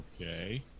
okay